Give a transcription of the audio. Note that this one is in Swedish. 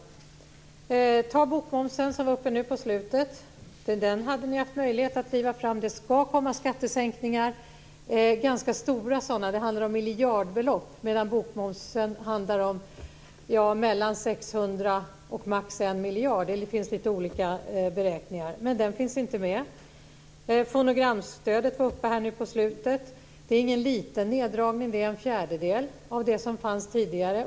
Frågan om bokmomsen, som togs upp på slutet, hade ni haft möjlighet att driva fram. Det ska komma skattesänkningar, ganska stora sådana, och det handlar om miljardbelopp, medan bokmomsen handlar om mellan 600 000 kr och maximalt 1 miljard. Det finns lite olika beräkningar. Men den finns inte med. Fonogramstödet togs också upp här på slutet. Det sker ingen liten neddragning av det - en fjärdedel av det som fanns tidigare.